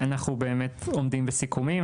אנחנו באמת עומדים בסיכומים,